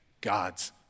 God's